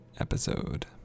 Episode